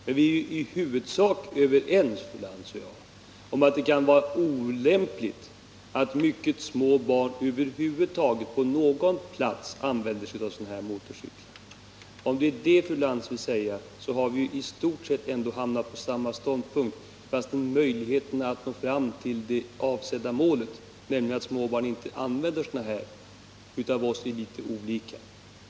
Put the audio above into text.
Men vi är ju i huvudsak överens, fru Lantz och jag, om att det kan vara olämpligt att mycket små barn över huvud taget på någon plats använder sådana här motorcyklar. Om det är det fru Lantz vill komma fram till, så har vi istort sett ändå hamnat på samma ståndpunkt, fast möjligheterna att nå fram till det avsedda målet, nämligen att småbarn inte skall använda sådana här fordon, av oss bedöms litet olika.